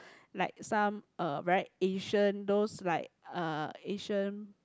like some uh very Asian those like uh Asian